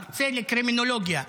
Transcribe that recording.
מרצה לקרימינולוגיה.